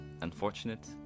unfortunate